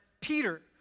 Peter